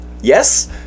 Yes